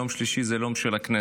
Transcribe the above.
יום שלישי זה לא יום של הכנסת.